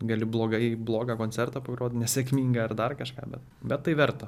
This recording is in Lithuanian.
gali blogai blogą koncertą pagrot nesėkmingą ar dar kažką bet bet tai verta